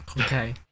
Okay